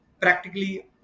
practically